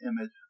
image